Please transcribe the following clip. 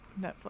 Netflix